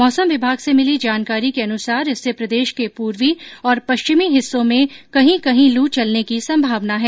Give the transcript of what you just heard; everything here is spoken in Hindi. मौसम विभाग से मिली जानकारी के अनुसार इससे प्रदेश के पूर्वी और पश्चिमी हिस्सों में कहीं कहीं लू चलने की संभावना है